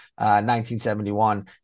1971